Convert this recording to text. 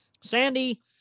Sandy